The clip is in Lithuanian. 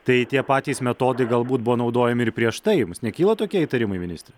tai tie patys metodai galbūt buvo naudojami ir prieš tai jums nekyla tokie įtarimai ministre